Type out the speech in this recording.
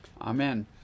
Amen